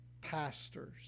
pastors